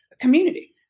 community